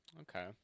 Okay